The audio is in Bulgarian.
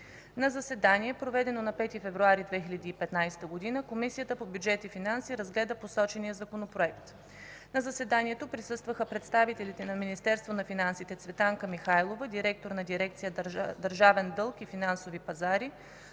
На заседание, проведено на 5 февруари 2015 г., Комисията по бюджет и финанси разгледа посочения Законопроект. На заседанието присъстваха представителите на Министерство на финансите: Цветанка Михайлова – директор на дирекция „Държавен дълг и финансови пазари”,